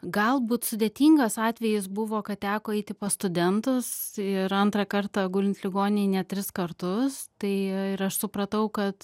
galbūt sudėtingas atvejis buvo kad teko eiti pas studentus ir antrą kartą gulint ligoninėj net tris kartus tai ir aš supratau kad